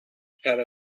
پرد